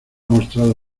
mostrado